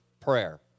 prayer